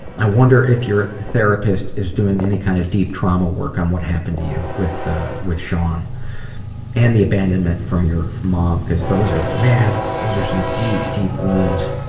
i wonder if your therapist is doing any kind of deep trauma work on what happened to you with with sean and your abandonment from your mom because those are man those are some deep, deep wounds.